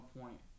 point